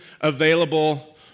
available